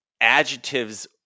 adjectives